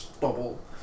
bubble